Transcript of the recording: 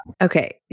Okay